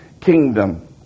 kingdom